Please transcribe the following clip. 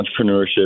entrepreneurship